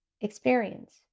experience